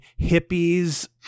hippies